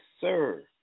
sir